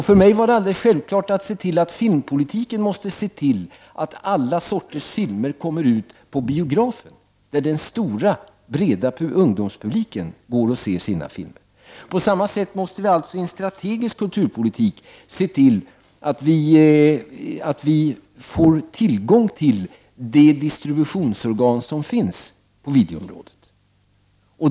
För mig var det alldeles självklart att se till att i den filmpolitik som fördes alla sorters filmer skulle komma ut på biograferna där den stora, breda ungdomspubliken gick. Därför måste vi i en strategisk kulturpolitik se till att vi får tillgång till de distributionsorgan som finns på videoområdet.